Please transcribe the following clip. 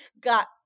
got